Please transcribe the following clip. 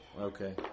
Okay